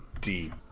deep